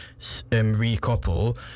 recouple